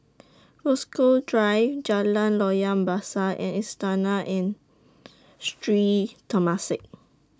Rasok Drive Jalan Loyang Besar and Istana and Sri Temasek